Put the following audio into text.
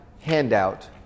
handout